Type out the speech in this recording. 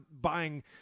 buying